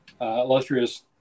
illustrious